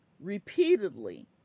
repeatedly